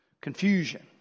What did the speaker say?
confusion